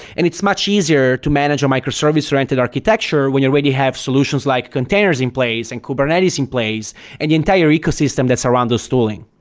and it's much easier to manage a microservice rented architecture when you already have solutions like containers in place and kubernetes in place and the entire ecosystem that's around those tooling.